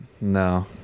no